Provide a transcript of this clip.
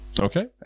Okay